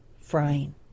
frying